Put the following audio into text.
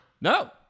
No